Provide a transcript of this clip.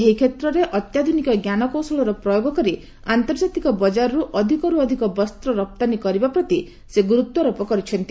ଏହି କ୍ଷେତ୍ରରେ ଅତ୍ୟାଧ୍ରନିକ ଜ୍ଞାନକୌଶଳର ପ୍ରୟୋଗ କରି ଆନ୍ତର୍ଜାତିକ ବଜାରକୁ ଅଧିକରୁ ଅଧିକ ବସ୍ତ୍ର ରପ୍ତାନୀ କରିବା ପ୍ରତି ସେ ଗୁରୁତ୍ୱାରୋପ କରିଛନ୍ତି